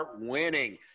Winning